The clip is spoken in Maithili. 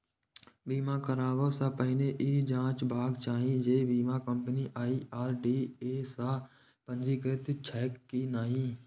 बीमा कराबै सं पहिने ई जांचबाक चाही जे बीमा कंपनी आई.आर.डी.ए सं पंजीकृत छैक की नहि